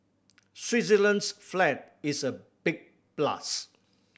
Switzerland's flag is a big plus